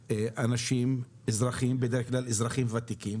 באנשים, אזרחים, בדרך כלל אזרחים ותיקים